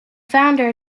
founder